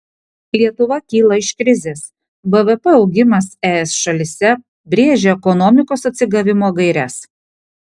lietuva kyla iš krizės bvp augimas es šalyse brėžia ekonomikos atsigavimo gaires